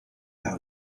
par